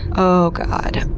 oh god,